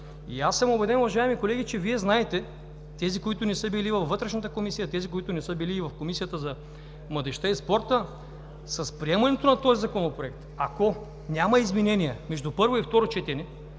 И аз съм убеден, уважаеми колеги, че Вие знаете – тези, които не са били във Вътрешната комисия, тези, които не са били и в Комисията за младежта и спорта, ако няма изменения между първо и второ четене,